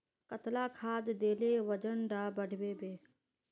कतला खाद देले वजन डा बढ़बे बे?